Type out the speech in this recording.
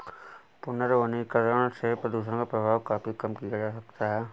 पुनर्वनीकरण से प्रदुषण का प्रभाव काफी कम किया जा सकता है